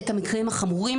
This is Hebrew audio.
את המקרים החמורים,